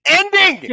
ending